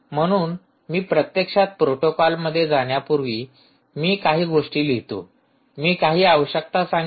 म्हणून मी प्रत्यक्षात प्रोटोकॉलमध्ये जाण्यापूर्वी मी काही गोष्टी लिहितो मी काही आवश्यकता सांगेन